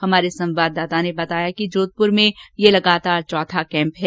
हमारे संवाददाता ने बताया कि जोघपुर में यह लगातार चौथा कैंप है